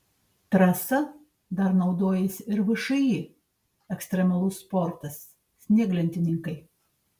trasa dar naudojasi ir všį ekstremalus sportas snieglentininkai